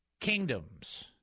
kingdoms